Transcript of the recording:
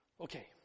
Okay